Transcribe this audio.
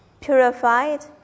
purified